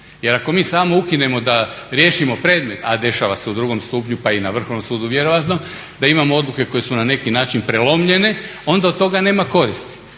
Jel ako mi samo ukinemo da riješimo predmet, a dešava se u drugom stupnju pa i na Vrhovnom sudu vjerojatno da imamo odluke koje su na neki način prelomljene onda od toga nema koristi.